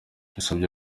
yasabye